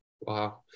Wow